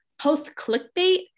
post-clickbait